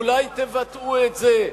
אולי תבטאו את זה.